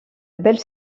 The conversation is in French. belle